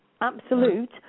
Absolute